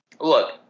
Look